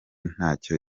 ntacyo